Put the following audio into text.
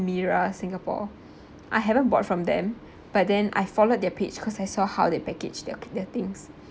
meira singapore I haven't bought from them but then I followed their page because I saw how they package their their things